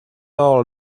all